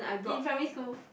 in primary school